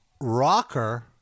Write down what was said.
rocker